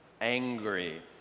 angry